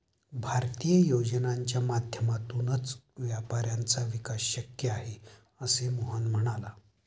भारतीय योजनांच्या माध्यमातूनच व्यापाऱ्यांचा विकास शक्य आहे, असे मोहन म्हणाला